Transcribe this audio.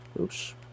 Oops